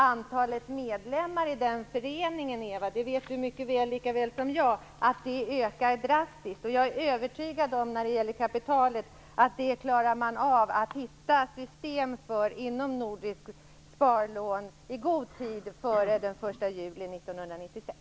Antalet medlemmar i den föreningen ökar drastiskt - det vet Eva Goës lika väl som jag. När det gäller kapitalet är jag övertygad om att man klarar av att hitta system för det inom Nordiskt Sparlån i god tid före den 1 juli 1996.